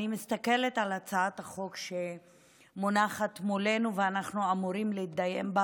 אני מסתכלת על הצעת החוק שמונחת מולנו ואנחנו אמורים להתדיין בה,